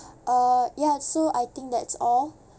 uh ya so I think that's all